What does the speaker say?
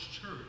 church